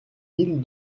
mille